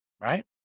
Right